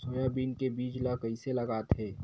Soybean के बीज ल कइसे लगाथे?